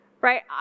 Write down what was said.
right